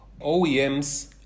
OEMs